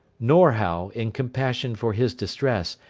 nor, how, in compassion for his distress,